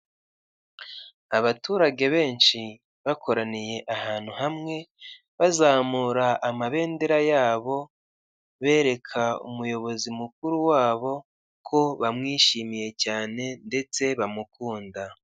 Abaturage benshi bakoraniye ahantu hamwe bazamura amabendera yabo bereka umuyobozi mukuru wabo ko bamwishimiye cyane ndetse bamukunda